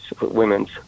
women's